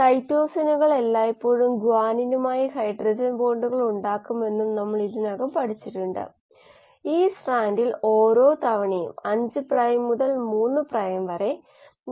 ഇത് മീഡിയത്തിന്റെ പിഎച്ചിൽ നിന്ന് വ്യത്യസ്തമാണ് മീഡിയത്തിന്റെ പിഎച്ച് ആസിഡ് ബേസ് കൂട്ടിച്ചേർക്കലുകൾ കാരണം മുകളിലേക്കും താഴേക്കും പോകുന്നു നമ്മൾ പറഞ്ഞു മികച്ച ബയോറിയാക്റ്റർ പ്രകടനത്തിനും മറ്റും പിഎച്ച് മികച്ച മൂല്യത്തിൽ നിയന്ത്രിക്കേണ്ടതുണ്ട്